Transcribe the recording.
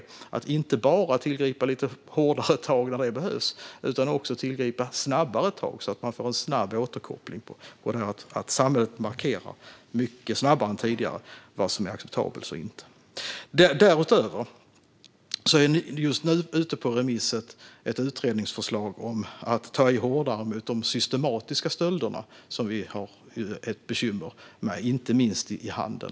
Man ska inte bara tillgripa lite hårdare tag när det behövs utan också tillgripa snabbare tag så att man får en snabb återkoppling på att samhället mycket snabbare än tidigare markerar vad som är acceptabelt och inte. Därutöver är just nu ett utredningsförslag ute på remiss om att ta i hårdare mot de systematiska stölderna, som vi har ett bekymmer med inte minst i handeln.